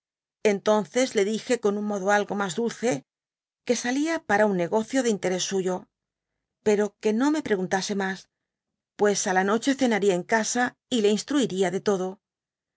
kntdnces le dije con un modo algo mas dulce que salía para uu negocio de interés suyo peco que no me preguntase mas pues á la noche cenaría en casa y le instruiría de todo